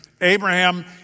Abraham